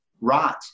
rot